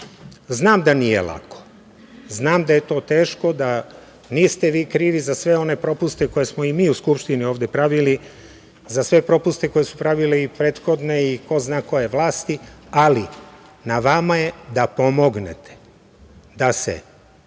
tona. Znam da nije lako, znam da je to teško, da niste vi krivi za sve one propuste, koje smo i mu u Skupštini ovde pravili, za sve propuste koje su pravile i prethodne i ko zna koje vlasti, ali na vama je da pomognete da se